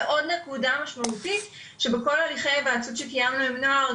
ועוד נקודה משמעותית היא שבכל הליכי ההיוועצות שקיימנו עם בני נוער,